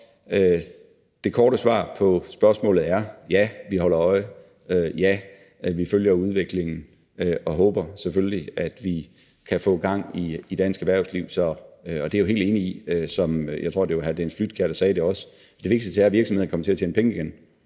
det korte svar på spørgsmålet, at ja, vi holder øje, og ja, vi følger udviklingen og håber selvfølgelig, at vi kan få gang i dansk erhvervsliv. Jeg er helt enig i det, som jeg tror hr. Dennis Flydtkjær også sagde, nemlig at det vigtigste er, at virksomhederne kommer til at tjene penge igen.